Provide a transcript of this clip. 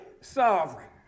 sovereign